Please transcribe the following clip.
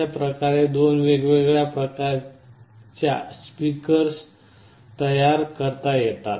अशा प्रकारे दोन वेगवेगळ्या प्रकारच्या स्पीकर्स तयार करता येतात